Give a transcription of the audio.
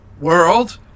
world